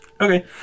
Okay